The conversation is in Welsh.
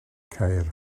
ceir